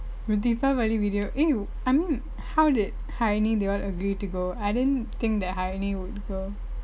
the deepavali video eh I mean how did harini they all agree to go I didn't think that harini would go